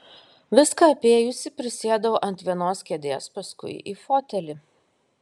viską apėjusi prisėdau ant vienos kėdės paskui į fotelį